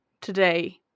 today